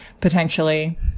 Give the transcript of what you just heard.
potentially